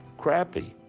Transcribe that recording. crappy.